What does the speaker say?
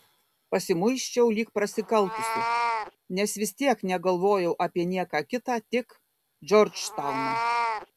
pasimuisčiau lyg prasikaltusi nes vis tiek negalvojau apie nieką kitą tik džordžtauną